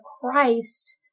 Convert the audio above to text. Christ